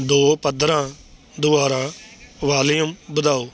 ਦੋ ਪੱਧਰਾਂ ਦੁਆਰਾ ਵਾਲੀਅਮ ਵਧਾਓ